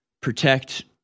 protect